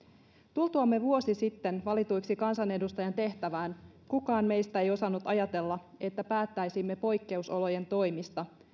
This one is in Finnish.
tultuamme vuosi sitten valituiksi kansanedustajan tehtävään kukaan meistä ei osannut ajatella että päättäisimme poikkeusolojen toimista